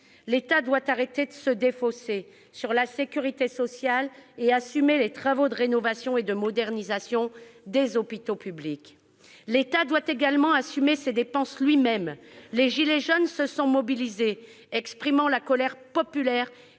L'État doit arrêter de se défausser sur la sécurité sociale et assumer les travaux de rénovation et de modernisation des hôpitaux publics. L'État doit également assumer ses dépenses lui-même ! Les « gilets jaunes » se sont mobilisés, exprimant la colère populaire